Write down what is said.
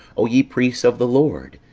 o ye priests of the lord,